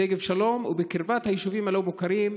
שגב שלום ובקרבת היישובים הלא-מוכרים,